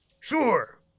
Sure